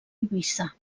eivissa